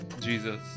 Jesus